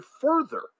further